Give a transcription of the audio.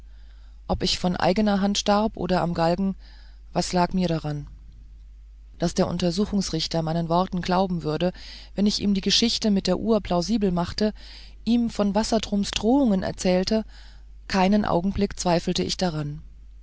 ob ich von eigener hand starb oder am galgen was lag mir daran daß der untersuchungsrichter meinen worten glauben würde wenn ich ihm die geschichte mit der uhr plausibel machte ihm von wassertrums drohungen erzählte keinen augenblick zweifelte ich daran